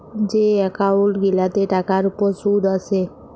যে এক্কাউল্ট গিলাতে টাকার উপর সুদ আসে